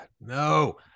No